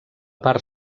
part